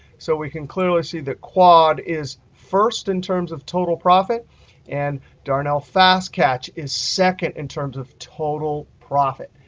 so we can clearly see that quad is first in terms of total profit and darnell fast catch is second in terms of total profit.